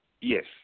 Yes